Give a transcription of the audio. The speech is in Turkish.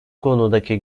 konudaki